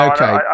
Okay